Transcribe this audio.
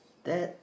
that